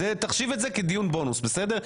תחשיב את זה כדיון בונוס, בסדר?